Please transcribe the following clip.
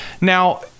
Now